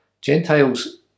Gentiles